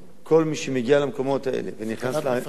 כל מי שמגיע למקומות האלה ונכנס למים